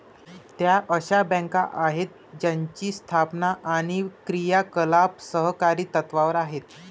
त्या अशा बँका आहेत ज्यांची स्थापना आणि क्रियाकलाप सहकारी तत्त्वावर आहेत